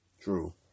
true